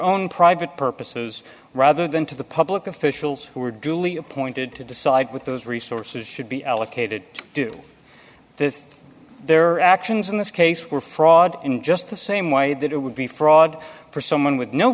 own private purposes rather than to the public officials who were duly appointed to decide with those resources should be allocated to do this their actions in this case were fraud in just the same way that it would be fraud for someone with no